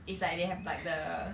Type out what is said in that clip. it's like they have like the